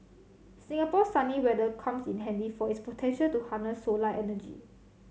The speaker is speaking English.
Singapore's sunny weather comes in handy for its potential to harness solar energy